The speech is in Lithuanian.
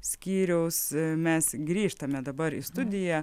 skyriaus mes grįžtame dabar į studiją